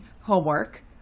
homework